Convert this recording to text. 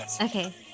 Okay